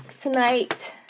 tonight